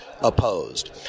opposed